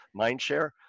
Mindshare